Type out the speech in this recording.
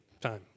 time